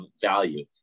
value